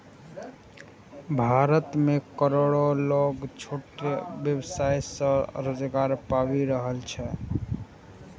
भारत मे करोड़ो लोग छोट व्यवसाय सं रोजगार पाबि रहल छै